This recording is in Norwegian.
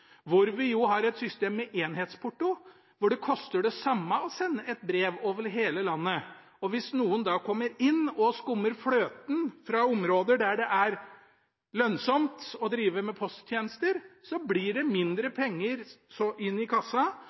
hvor vi har et system med enhetsporto, hvor det koster det samme å sende et brev over hele landet. Hvis noen da kommer inn og skummer fløten fra områder der det er lønnsomt å drive med posttjenester, blir det mindre penger inn i kassa,